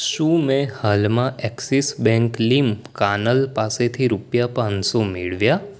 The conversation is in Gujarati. શું મેં હાલમાં એક્સિસ બેંક લીમ કાનલ પાસેથી રૂપિયા પાંચસો મેળવ્યા